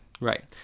Right